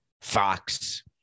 Fox